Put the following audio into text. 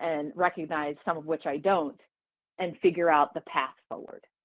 and recognize some of what i don't and figure out the path forward.